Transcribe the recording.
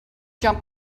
jump